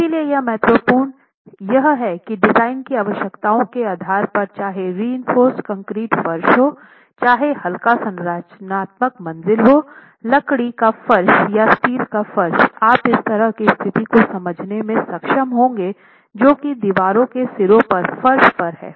इसलिए यह महत्वपूर्ण यह है कि डिजाइन की आवश्यकताओं के आधार पर चाहे रीइनफ़ोर्स कंक्रीट फर्श हो चाहे हल्का संरचनात्मक मंजिल हो लकड़ी का फर्श या स्टील का फर्श आप इस तरह की स्थिति को समझने में सक्षम होंगे जो कि दीवारों के सिरों पर फर्श पर है